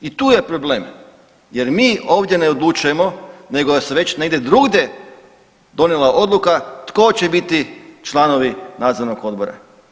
I tu je problem jer mi ovdje ne odlučujemo nego se već negdje drugdje donijela odluka tko će biti članovi nadzornog odbora.